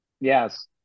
Yes